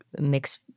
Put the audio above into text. mix